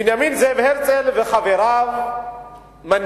בנימין זאב הרצל וחבריו מנהיגי